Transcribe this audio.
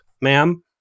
ma'am